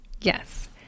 Yes